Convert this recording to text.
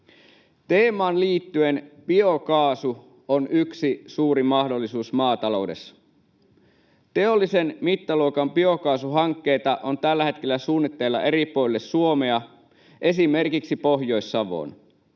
Teemaan liittyen biokaasu on yksi suuri mahdollisuus maataloudessa. Teollisen mittaluokan biokaasuhankkeita on tällä hetkellä suunnitteilla eri puolille Suomea, esimerkiksi Pohjois-Savoon.